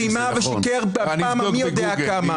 רימה ושיקר בפעם המי יודע כמה.